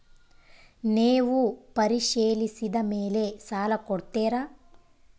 ನೇವು ಪರಿಶೇಲಿಸಿದ ಮೇಲೆ ಸಾಲ ಕೊಡ್ತೇರಾ?